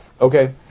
Okay